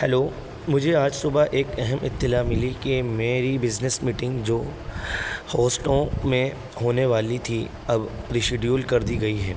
hello مجھے آج صبح ایک اہم اطلاع ملی کہ میری بزنس میٹنگ جو ہوسٹوں میں ہونے والی تھی اب ریشیڈیول کر دی گئی ہے